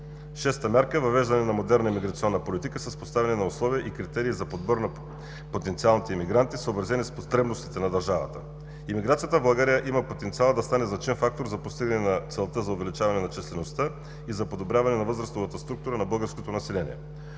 Шеста мярка – въвеждане на модерна емиграционна политика с поставяне на условия и критерии за подбор на потенциалните емигранти, съобразени с потребностите на държавата. Емиграцията в България има потенциал да стане значим фактор за постигане на целта за увеличаване на числеността и за подобряване на възрастовата структура на българското население.